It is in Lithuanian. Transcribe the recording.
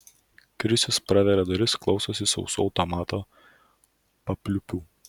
krisius praveria duris klausosi sausų automato papliūpų